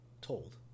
told